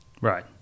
Right